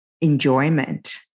enjoyment